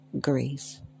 grace